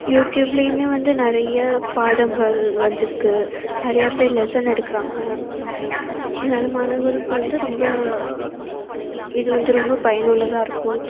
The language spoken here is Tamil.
யூடியூப்லேயுமே வந்து நிறைய பாடங்கள் வந்திருக்கு நிறைய பேர் லெஸன் எடுக்கிறாங்க அதனால மாணவர்களுக்கு வந்து ரொம்ப இது வந்து ரொம்ப பயனுள்ளதாக இருக்கும்